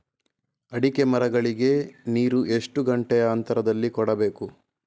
ಅಡಿಕೆ ಮರಗಳಿಗೆ ನೀರು ಎಷ್ಟು ಗಂಟೆಯ ಅಂತರದಲಿ ಕೊಡಬೇಕು?